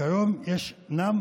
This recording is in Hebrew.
כיום ישנם